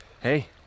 Hey